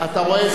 אתה רואה?